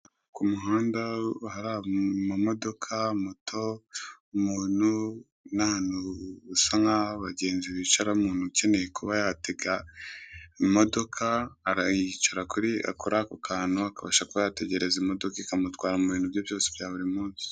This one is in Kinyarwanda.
Ku muhanda hari amamodoka, moto, umuntu n'ahantu hasa nkaho abagenzi bicara, n'umuntu ukeneye kuba yatega imodoka arayishyura kuri ako kantu akabasha kuba yategereza imodoka ikamutwara mu bintu bye byose bya buri munsi.